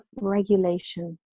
regulation